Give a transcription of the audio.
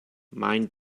mind